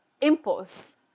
impulse